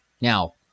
Now